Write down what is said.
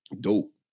dope